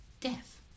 Death